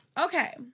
Okay